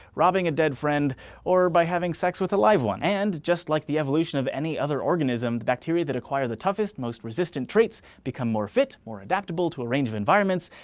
robbing a dead friend or by having sex with a live one. and just like the evolution of any other organism the bacteria that acquire the toughest, most resistant traits become more fit, more adaptable to a range of environments,